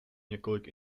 několik